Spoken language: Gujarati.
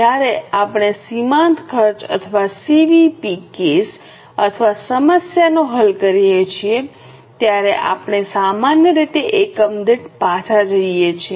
જ્યારે આપણે સીમાંત ખર્ચ અથવા સીવીપી કેસ અથવા સમસ્યાને હલ કરીએ છીએ ત્યારે આપણે સામાન્ય રીતે એકમ દીઠ પાછા જઇએ છીએ